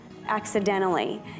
accidentally